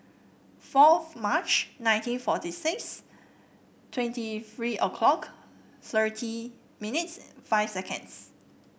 forth March nineteen forty six twenty three a clock thirty minutes five seconds